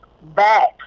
back